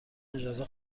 اجازه